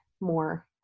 more